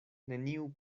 neniu